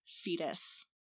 fetus